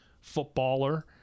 footballer